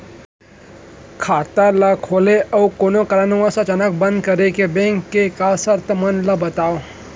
खाता ला खोले अऊ कोनो कारनवश अचानक बंद करे के, बैंक के शर्त मन ला बतावव